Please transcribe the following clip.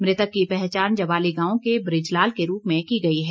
मृतक की पहचान ज्वाली गांव के बृज लाल के रूप में की गई है